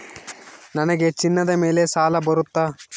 ನನಗೆ ಚಿನ್ನದ ಮೇಲೆ ಸಾಲ ಬರುತ್ತಾ?